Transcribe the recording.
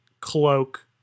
cloak